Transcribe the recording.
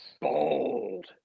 bold